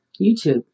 YouTube